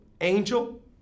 Angel